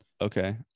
Okay